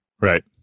Right